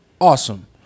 Awesome